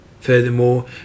Furthermore